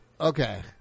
Okay